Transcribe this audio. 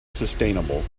sustainable